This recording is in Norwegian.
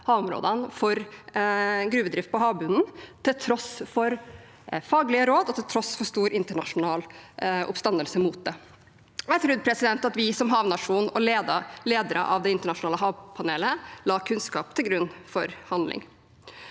for gruvedrift på havbunnen, til tross for faglige råd, og til tross for stor internasjonal oppstandelse mot det. Jeg trodde at vi som havnasjon og ledere av det internasjonale havpanelet la kunnskap til grunn for handling.